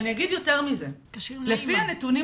לפי נתוני